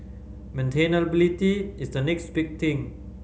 maintainability is the next big thing